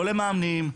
לא למאמנים,